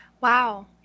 Wow